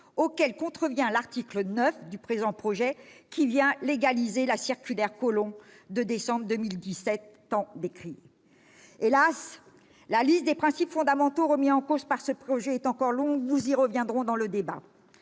auquel contrevient l'article 9 du présent projet de loi qui légalise la circulaire Collomb de décembre 2017 tant décriée. Hélas, la liste des principes fondamentaux remis en cause par ce projet de loi est encore longue- nous y reviendrons au cours du débat.